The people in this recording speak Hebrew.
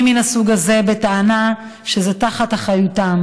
מן הסוג הזה בטענה שזה תחת אחריותם,